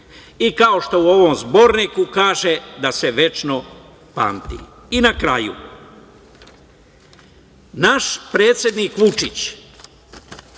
I kao što u ovom zborniku kaže - da se večno pamti. Na kraju, naš predsednik Vučić,